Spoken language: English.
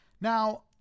Now